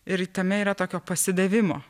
ir tame yra tokio pasidavimo